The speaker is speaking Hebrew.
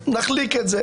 נחליק את זה,